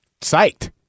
psyched